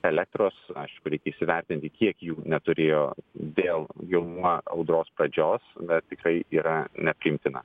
elektros aišku reikia įsivertinti kiek jų neturėjo vėl jau nuo audros pradžios bet tikrai yra nepriimtina